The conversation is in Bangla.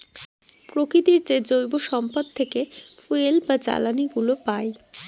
প্রকৃতির যে জৈব সম্পদ থেকে ফুয়েল বা জ্বালানিগুলো পাই